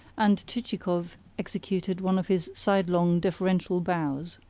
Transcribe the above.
and chichikov executed one of his sidelong, deferential bows.